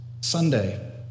Sunday